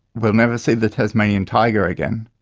we'll never see the tasmanian tiger again,